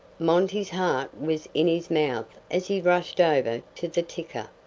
monty's heart was in his mouth as he rushed over to the ticker.